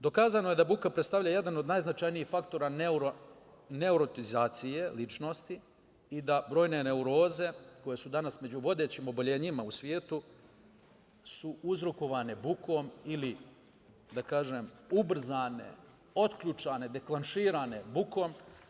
Dokazano je da buka predstavlja jedan od najznačajnijih faktora neurotizacije ličnosti i da su brojne neuroze, koje su danas među vodećim oboljenjima u svetu, uzrokovane bukom ili ubrzane, otključane, deklaširane bukom.